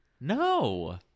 No